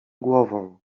głową